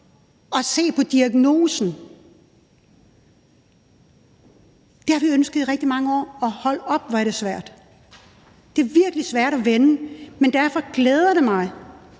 at se på diagnosen. Det har vi ønsket i rigtig mange år. Og hold op, hvor er det svært. Det er virkelig svært at vende. Men derfor glæder det mig,